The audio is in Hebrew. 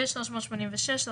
יבוא "כלוא כאמור